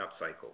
upcycle